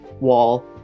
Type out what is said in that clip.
wall